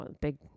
Big